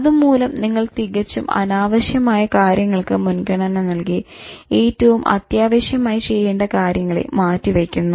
അതുമൂലം നിങ്ങൾ തികച്ചും അനാവശ്യമായ കാര്യങ്ങൾക്ക് മുൻഗണ നൽകി ഏറ്റവും അത്യാവശ്യമായി ചെയ്യേണ്ട കാര്യങ്ങളെ മാറ്റി വയ്ക്കുന്നു